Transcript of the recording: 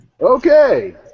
Okay